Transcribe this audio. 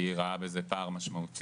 כי הוא ראה בזה פער משמעותי.